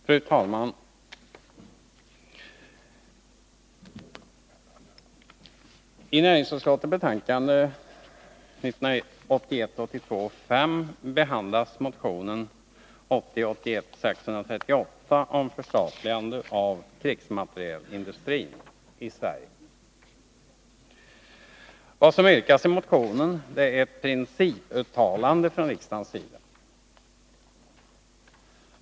Fru talman! I näringsutskottets betänkande 1981 81:638 om förstatligande av krigsmaterielindustrin i Sverige. Vad som yrkas i motionen är ett principuttalande från riksdagens sida.